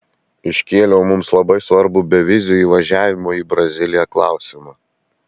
iškėliau mums labai svarbų bevizio įvažiavimo į braziliją klausimą